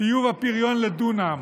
טיוב הפריון לדונם